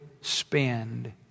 spend